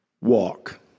Walk